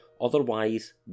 otherwise